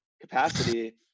capacity